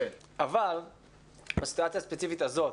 אבל בסיטואציה הספציפית הזאת,